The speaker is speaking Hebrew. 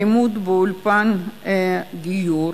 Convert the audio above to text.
על לימוד באולפן גיור,